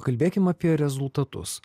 kalbėkim apie rezultatus